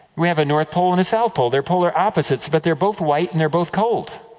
we have a north pole and a south pole, they are polar opposites, but they are both white, and they are both cold.